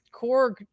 korg